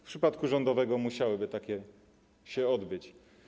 W przypadku rządowego musiałyby takie się odbyć.